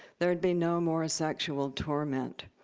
there would be no more sexual torment.